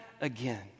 again